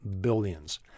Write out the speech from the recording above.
billions